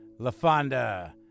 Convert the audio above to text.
Lafonda